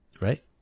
Right